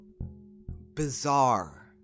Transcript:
bizarre